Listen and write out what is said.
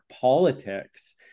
politics